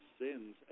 sins